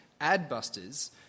Adbusters